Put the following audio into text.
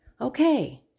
Okay